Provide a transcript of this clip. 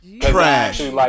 Trash